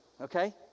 okay